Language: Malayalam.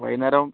വൈകുന്നേരം